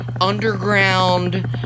underground